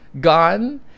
gone